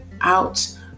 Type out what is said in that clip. out